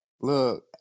Look